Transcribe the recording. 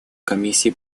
комиссии